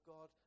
God